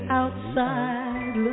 outside